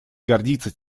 гордится